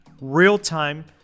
real-time